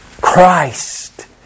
Christ